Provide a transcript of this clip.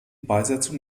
beisetzung